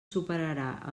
superarà